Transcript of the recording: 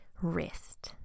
wrist